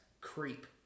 creep